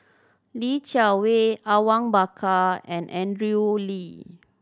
Li Jiawei Awang Bakar and Andrew Lee